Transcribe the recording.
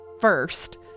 first